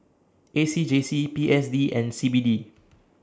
A C J C P S D and C B D